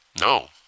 no